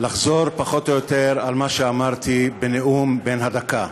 לחזור פחות או יותר על מה שאמרתי בנאום בן הדקה.